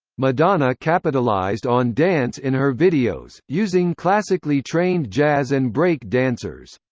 madonna capitalized on dance in her videos, using classically trained jazz and break-dancers.